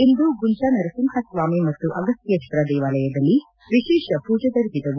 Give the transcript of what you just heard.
ಇಂದು ಗುಂಜ ನರಸಿಂಹ ಸ್ವಾಮಿ ಮತ್ತು ಅಗಸ್ಕ್ಯೇತ್ವರ ದೇವಾಲಯದಲ್ಲಿ ವಿಶೇಷ ಮೂಜೆ ಜರುಗಿದವು